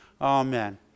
Amen